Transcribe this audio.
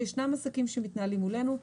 וישנם עסקים שמתנהלים מולנו.